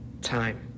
time